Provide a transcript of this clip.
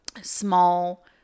small